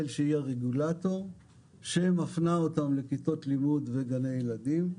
שהיא הרגולטור שמפנה אותם לכיתות לימוד וגני ילדים,